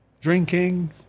drinking